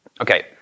Okay